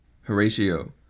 Horatio